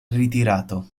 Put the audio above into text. ritirato